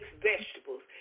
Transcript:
vegetables